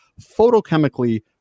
photochemically